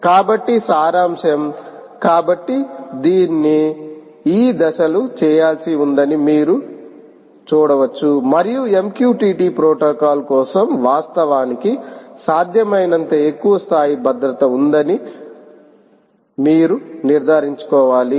కాబట్టి సారాంశం కాబట్టి దీని ఈ దశలు చేయాల్సి ఉందని మీరు చూడవచ్చు మరియు MQTT ప్రోటోకాల్ కోసం వాస్తవానికి సాధ్యమైనంత ఎక్కువ స్థాయి భద్రత ఉందని అని మీరు నిర్ధారించుకోవాలి